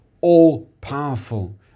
all-powerful